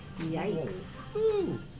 Yikes